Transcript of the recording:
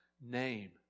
name